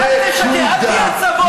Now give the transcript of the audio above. אתם תצליחו.